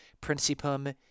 Principum